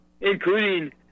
including